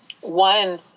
one